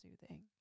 soothing